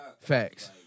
Facts